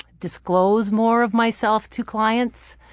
disclose more of myself to clients.